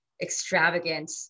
extravagant